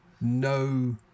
no